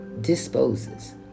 disposes